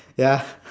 ya